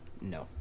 No